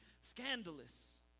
scandalous